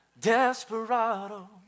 Desperado